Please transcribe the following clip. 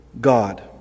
god